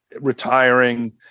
retiring